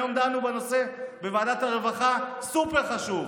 היום דנו בוועדת הרווחה בנושא סופר-חשוב,